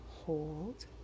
Hold